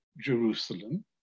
Jerusalem